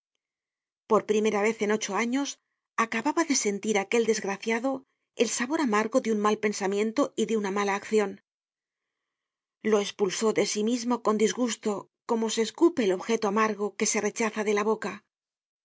por primera vez en ocho años acababa de sentir aquel desgraciado el sabor amargo de un mal pensamiento y de una mala accion lo espulsó de sí mismo con disgusto como se escupe el objeto amargo que se rechaza de la boca